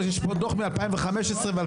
יש פה דוח מ-2015 ו-2011.